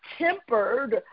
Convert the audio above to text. tempered